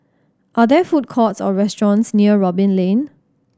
are there food courts or restaurants near Robin Lane